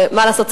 מה לעשות,